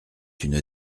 une